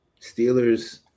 Steelers